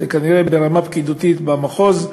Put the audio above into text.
זה כנראה ברמה פקידותית במחוז.